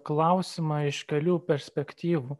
klausimą iš kelių perspektyvų